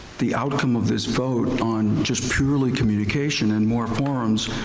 the outcome of this vote on just purely communication and more forums.